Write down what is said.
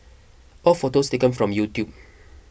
all photos taken from YouTube